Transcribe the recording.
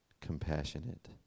Compassionate